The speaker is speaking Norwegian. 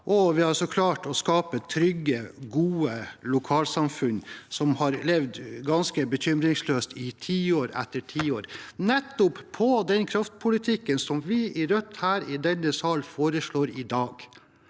Vi har altså klart å skape trygge, gode lokalsamfunn som har levd ganske bekymringsløst i tiår etter tiår, nettopp på den kraftpolitikken som vi i Rødt foreslår her i denne sal i dag.